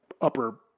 upper